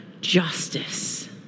justice